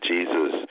Jesus